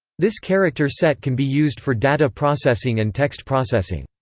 this character set can be used for data processing and text processing.